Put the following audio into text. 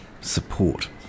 support